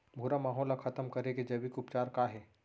भूरा माहो ला खतम करे के जैविक उपचार का हे?